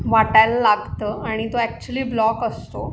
वाटायला लागतं आणि तो ॲक्च्युली ब्लॉक असतो